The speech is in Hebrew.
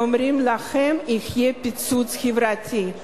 ואנחנו אומרים לכם: יהיה פיצוץ חברתי.